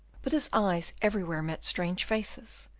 but his eyes everywhere met strange faces,